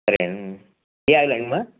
సరే ఏ ఆయిల్ అమ్మ